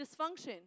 dysfunction